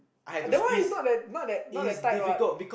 that one is not that not that not that type what